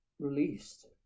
released